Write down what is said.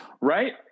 right